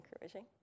encouraging